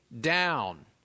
down